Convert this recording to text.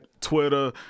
Twitter